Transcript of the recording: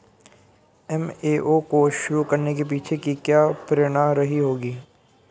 FAO को शुरू करने के पीछे की क्या प्रेरणा रही होगी?